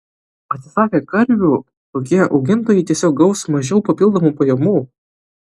atsisakę karvių tokie augintojai tiesiog gaus mažiau papildomų pajamų